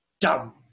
dumb